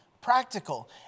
practical